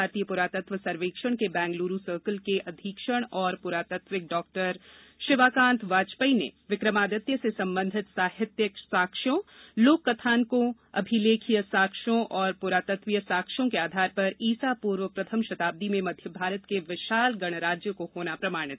भारतीय पुरातत्व सर्वेक्षण के बैंगलुरु सर्कल के अधीक्षण एवं पुरातत्वविद डाक्टर शिवाकांत वाजपेयी ने विक्रमादित्य से संबंधित साहित्यिक साक्ष्यों लोक कथानकों अभिलेखीय साक्ष्यों और पुरातत्वीय साक्ष्यों के आधार पर ईसा पूर्व प्रथम शताब्दी में मध्य भारत के विशाल गणराज्य को होना प्रमाणित किया